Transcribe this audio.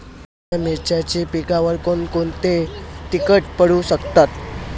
माझ्या मिरचीच्या पिकावर कोण कोणते कीटक पडू शकतात?